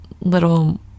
little